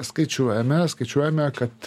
skaičiuojame skaičiuojame kad